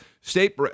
state